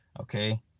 okay